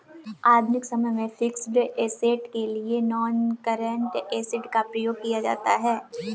आधुनिक समय में फिक्स्ड ऐसेट के लिए नॉनकरेंट एसिड का प्रयोग किया जाता है